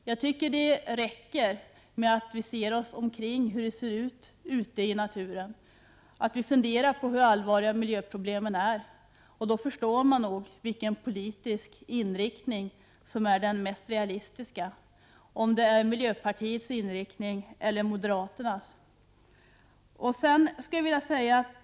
Jag tycker att det räcker med att vi ser oss omkring och konstaterar hur det ser ut ute i naturen och att vi funderar på hur allvarliga miljöproblemen är. Gör man det förstår man nog vilken politisk inriktning som är den mest realistiska, om det är miljöpartiets inriktning eller moderaternas.